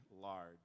large